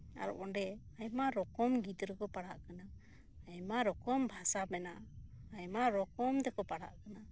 ᱟᱨ ᱚᱸᱰᱮ ᱟᱭᱢᱟ ᱨᱚᱠᱚᱢ ᱜᱤᱫᱽᱨᱟᱹ ᱠᱚ ᱯᱟᱲᱦᱟᱜ ᱠᱟᱱᱟ ᱟᱭᱢᱟ ᱨᱚᱠᱚᱢ ᱵᱷᱟᱥᱟ ᱢᱮᱱᱟᱜᱼᱟ ᱟᱭᱢᱟᱨ ᱚᱠᱚᱢ ᱛᱮᱠᱚ ᱯᱟᱲᱦᱟᱜ ᱠᱟᱱᱟ